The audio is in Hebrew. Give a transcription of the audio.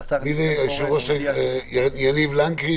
והשר ניסנקורן הבטיח --- יניב לנקרי,